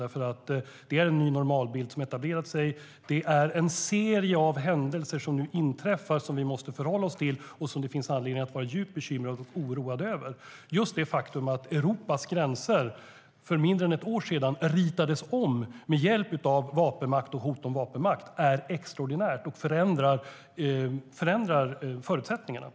Det är en ny normalbild som har etablerat sig; det är en serie av händelser som nu utspelar sig som vi måste förhålla oss till och som det finns anledning att vara djupt bekymrad och oroad över. Det faktum att Europas gränser för mindre än ett år sedan ritades om med hjälp av vapenmakt och hot om vapenmakt är extraordinärt och förändrar förutsättningarna.